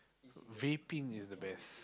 vaping is the best